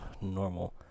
normal